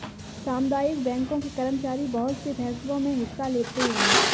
सामुदायिक बैंकों के कर्मचारी बहुत से फैंसलों मे हिस्सा लेते हैं